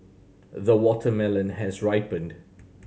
the watermelon has ripened